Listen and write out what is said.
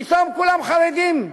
פתאום כולם חרדים.